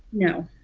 no,